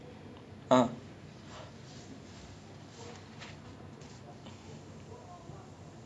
so like we made friends instantly with the people who were living in our entire stretch on the fifth floor